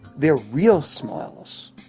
they're real smiles,